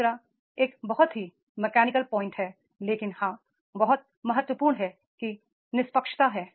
तीसरा एक बहुत ही यांत्रिक बिंदु है लेकिन हां बहुत महत्वपूर्ण है कि निष्पक्षता है